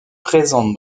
présente